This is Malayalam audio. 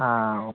ആ ഓ